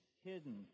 hidden